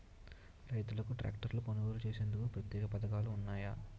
రైతులకు ట్రాక్టర్లు కొనుగోలు చేసేందుకు ప్రత్యేక పథకాలు ఉన్నాయా?